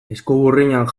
eskuburdinak